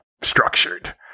structured